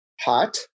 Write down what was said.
hot